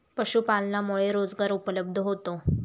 पशुपालनामुळे रोजगार उपलब्ध होतो